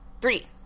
three